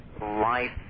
life